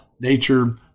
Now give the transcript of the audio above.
nature